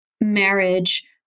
marriage